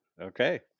Okay